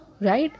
Right